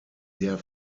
der